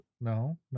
no